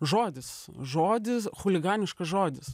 žodis žodis chuliganiškas žodis